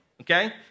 Okay